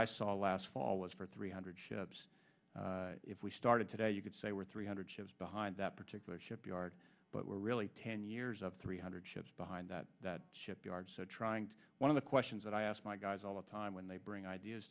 i saw last fall was for three hundred ships if we started today you could say we're three hundred ships behind that particular shipyard but we're really ten years of three hundred ships behind that shipyard so trying to one of the questions that i asked my guys all the time when they bring ideas